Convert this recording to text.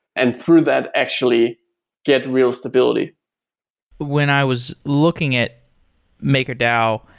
and through that, actually get real stability when i was looking at makerdao,